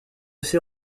ses